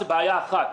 היא בעיה אחת.